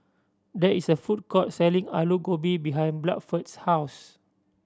there is a food court selling Alu Gobi behind Bluford's house